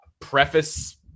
preface